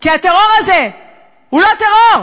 כי הטרור הזה הוא לא טרור,